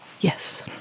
Yes